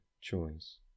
choice